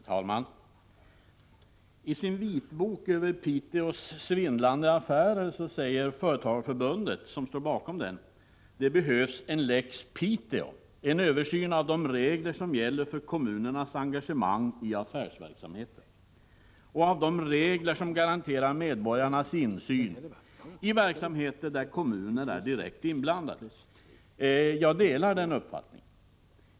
Herr talman! I sin ”vitbok” över Piteås svindlande affärer säger Företagareförbundet, som står bakom den, att det behövs en lex Piteå, en översyn av de regler som gäller för kommunernas engagemang i affärsverksamheten och av de regler som garanterar medborgarnas insyn i verksamheter där kommuner är direkt inblandade. Jag delar den uppfattningen.